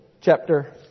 chapter